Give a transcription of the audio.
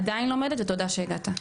עדיין לומדת ותודה רבה שהגעת.